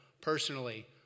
personally